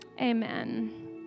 Amen